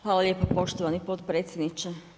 Hvala lijepo poštovani potpredsjedniče.